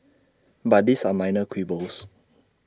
but these are minor quibbles